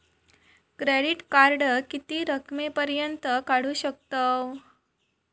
Credit card किती रकमेपर्यंत काढू शकतव?